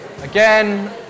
Again